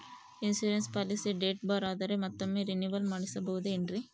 Insurance policy date ಬಾರ್ ಆದರೆ ಮತ್ತೊಮ್ಮೆ ರಿನಿವಲ್ ಮಾಡಿಸಬಹುದೇ ಏನ್ರಿ?